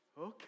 okay